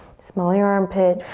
smell your armpit.